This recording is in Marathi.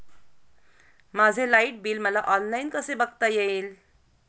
माझे लाईट बिल मला ऑनलाईन कसे बघता येईल?